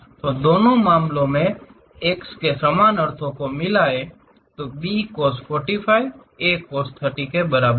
तो दोनों मामलों में x के समान अर्थों को मिलाये तो B cos 45 A cos 30 के बराबर है